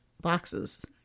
boxes